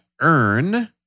earn